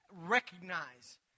recognize